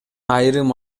айрым